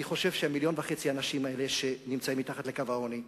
אני חושב שמיליון וחצי האנשים האלה שנמצאים מתחת לקו העוני,